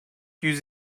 yüz